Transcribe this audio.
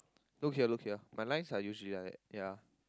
look here look here my lines are usually like that ya